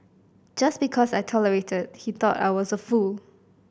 just because I tolerated he thought I was a fool